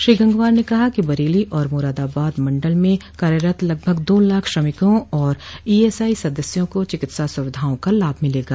श्री गंगवार ने कहा कि बरेली और मुरादाबाद मंडल में कार्यरत लगभग दो लाख श्रमिकों और ईएसआई सदस्यों को चिकित्सा सुविधाओं का लाभ मिलेगा